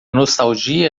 nostalgia